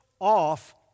off